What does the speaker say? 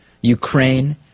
Ukraine